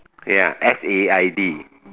ya S A I D